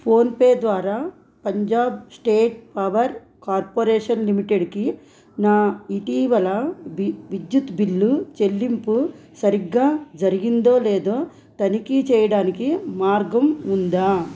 PhonePe ద్వారా Punjab state power corporation లిమిటెడ్కి నా ఇటీవలది విద్యుత్ బిల్లు చెల్లింపు సరిగ్గా జరిగిందో లేదో తనిఖీ చేయడానికి మార్గం ఉందా